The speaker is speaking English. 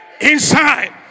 Inside